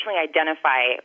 identify